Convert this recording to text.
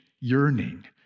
yearning